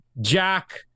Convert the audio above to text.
Jack